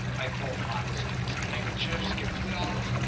i call them pocket squares. handkerchiefs get two dollars.